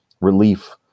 relief